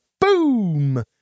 boom